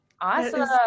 Awesome